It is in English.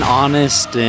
honest